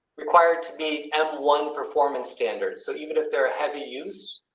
required to be m one performance standard. so, even if they're a heavy use.